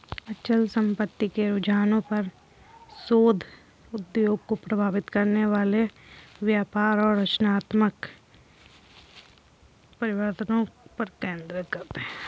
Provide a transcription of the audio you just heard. अचल संपत्ति के रुझानों पर शोध उद्योग को प्रभावित करने वाले व्यापार और संरचनात्मक परिवर्तनों पर केंद्रित है